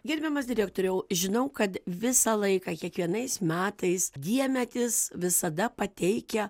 gerbiamas direktoriau žinau kad visą laiką kiekvienais metais diemedis visada pateikia